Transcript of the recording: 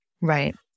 Right